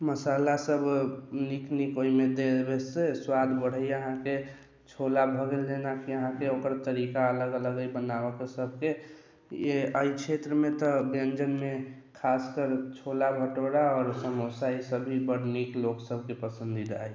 मशाला सब निक निक ओहिमे देबे से स्वाद बढ़ैया अहाँकेँ छोला भऽ गेल जेनाकि अहाँकेँ ओकर तरीका अलग अलग अछि बनाबैके सबके ई एहि क्षेत्रमे तऽ व्यञ्जनमे खास कर छोला भटोरा आओर समोसा ई सब भी बड नीक लोकसबके पसन्दीदा अछि